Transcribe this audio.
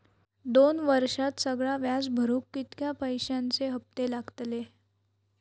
दोन वर्षात सगळा व्याज भरुक कितक्या पैश्यांचे हप्ते लागतले?